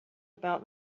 about